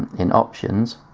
in options